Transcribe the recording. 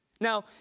Now